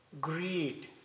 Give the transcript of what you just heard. greed